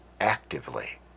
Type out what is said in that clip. actively